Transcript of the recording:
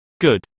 Good